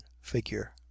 figure